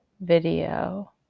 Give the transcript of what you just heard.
video